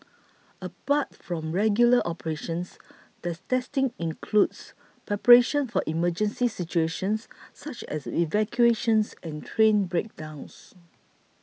apart from regular operations the testing includes preparation for emergency situations such as evacuations and train breakdowns